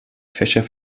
fächer